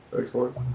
Excellent